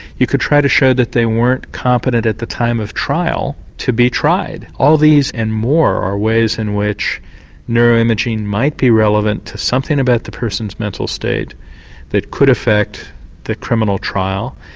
you could try to show that they weren't competent at the time of trial to be tried. all these and more are ways in which neuro-imaging might be relevant to something about the person's mental state that could affect the criminal trial.